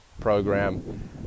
program